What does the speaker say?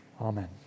Amen